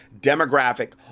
demographic